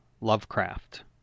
Lovecraft